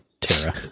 Tara